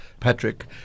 Patrick